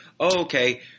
Okay